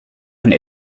and